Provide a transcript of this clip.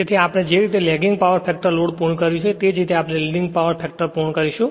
તેથી આપણે જે રીતે લેગિંગ પાવર ફેક્ટર લોડ પૂર્ણ કર્યું છે તે જ રીતે આપણે લીડિંગ પાવર ફેક્ટર પૂર્ણ કરીશું